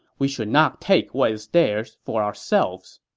we should not take what is theirs for ourselves.